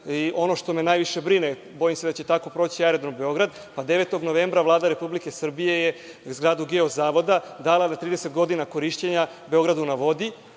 Ono što me najviše brine, bojim se da će tako proći Aerodrom Beograd. Pa 9. novembra Vlada Republike Srbije je zgradu Geozavoda dala da 30 godina korišćenja „Beogradu na vodi“.